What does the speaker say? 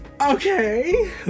Okay